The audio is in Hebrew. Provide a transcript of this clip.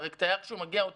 הרי תייר שמגיע לא